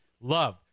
love